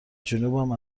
جنوبم